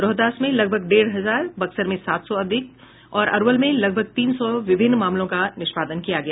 रोहतास में लगभग डेढ़ हजार बक्सर में सात सौ से अधिक और अरवल में लगभग तीन सौ विभिन्न मामलों का निष्पादन किया गया